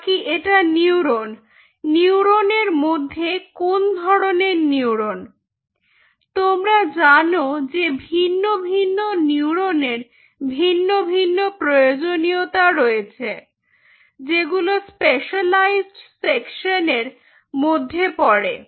নাকি এটা neuron neuron এর মধ্যে কোন ধরনের নিউরন তোমরা জানো যে ভিন্ন ভিন্ন নিউরোনের ভিন্ন ভিন্ন প্রয়োজনীয়তা রয়েছে যেগুলো স্পেশালাইজ্ড সেকশন এর মধ্যে পড়ে